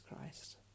Christ